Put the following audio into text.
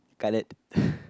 cutlet